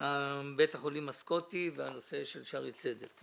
בית החולים הסקוטי, ושערי צדק בירושלים.